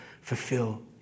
fulfill